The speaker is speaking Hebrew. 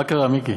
מה קרה, מיקי?